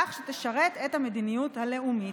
כך שתשרת את המדיניות הלאומית.